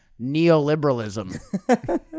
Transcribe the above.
neoliberalism